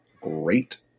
great